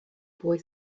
boy